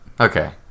Okay